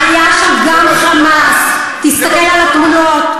היה שם גם "חמאס", תסתכל על התמונות.